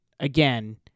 Again